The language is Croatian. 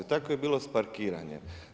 Tako je bilo i s parkiranjem.